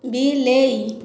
ବିଲେଇ